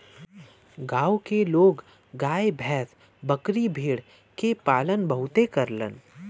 गांव के लोग गाय भैस, बकरी भेड़ के पालन बहुते करलन